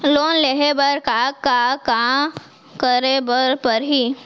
Loan लेहे बर का का का करे बर परहि?